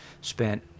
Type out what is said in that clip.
spent